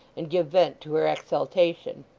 and give vent to her exultation.